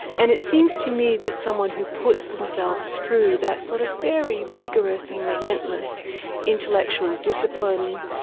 and it seems to me that someone who puts themselves through that sort of very rigorous and relentless intellectual discipline,